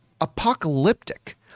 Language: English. apocalyptic